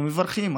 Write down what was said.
אנחנו מברכים,